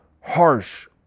harsh